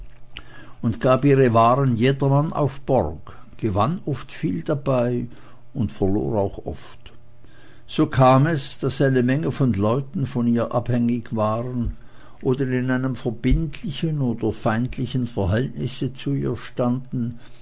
und gab ihre waren jedermann auf borg gewann oft viel dabei und verlor auch oft so kam es daß eine menge von leuten von ihr abhängig waren oder in einem verbindlichen oder feindlichen verhältnisse zu ihr standen